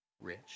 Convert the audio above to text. rich